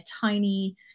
tiny